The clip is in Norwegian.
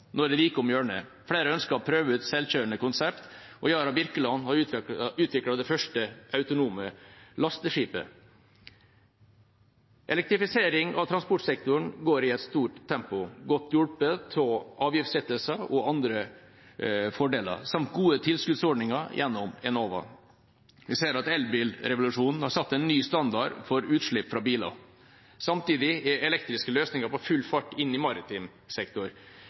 Nå er det like om hjørnet. Flere ønsker å prøve ut selvkjørende konsept, og «Yara Birkeland» er under utvikling som det første autonome lasteskipet. Elektrifisering av transportsektoren går i et stort tempo, godt hjulpet av avgiftslettelser og andre fordeler samt gode tilskuddsordninger gjennom Enova. Vi ser at elbilrevolusjonen har satt en ny standard for utslipp fra biler. Samtidig er elektriske løsninger på full fart inn i maritim sektor.